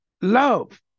love